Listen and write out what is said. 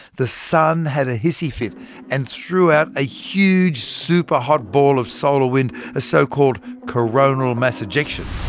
the sun had a hissy fit and threw out a huge superhot ball of solar wind, a so-called coronal mass ejection.